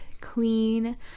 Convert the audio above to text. clean